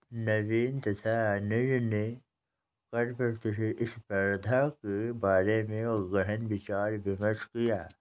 नवीन तथा अनुज ने कर प्रतिस्पर्धा के बारे में गहन विचार विमर्श किया